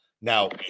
Now